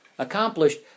accomplished